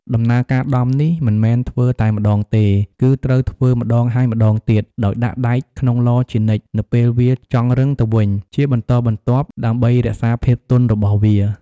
ដំណើរការដំនេះមិនមែនធ្វើតែម្តងទេ គឺត្រូវធ្វើម្ដងហើយម្តងទៀត ដោយដាក់ដែកក្នុងឡជានិច្ចនៅពេលវាចង់រឹងទៅវិញ ជាបន្តបន្ទាប់ដើម្បីរក្សាភាពទន់របស់វា។